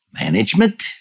management